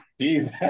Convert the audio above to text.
Jesus